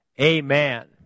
Amen